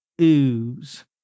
ooze